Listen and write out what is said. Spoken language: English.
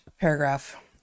paragraph